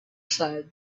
said